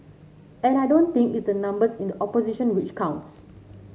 and I don't think it's the numbers in the opposition which counts